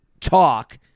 talk